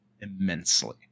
immensely